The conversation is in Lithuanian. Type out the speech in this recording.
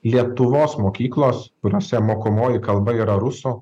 lietuvos mokyklos kuriose mokomoji kalba yra ruso